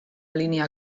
línia